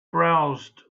browsed